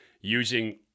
using